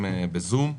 בזום.